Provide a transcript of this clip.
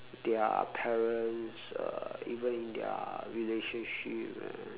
their parents uh even in their relationship and